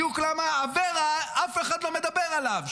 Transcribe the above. זה בדיוק למה אף אחד לא מדבר על אברה,